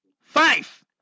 Five